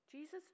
Jesus